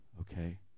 okay